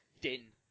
din